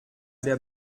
der